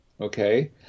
Okay